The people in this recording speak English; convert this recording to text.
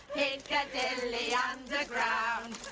piccadilly underground,